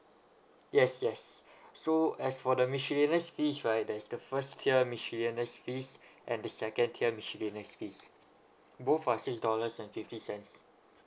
yes yes so as for the miscellaneous fees right there's the first tier miscellaneous fees and the second tier miscellaneous fees both are six dollars and fifty cents